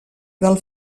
del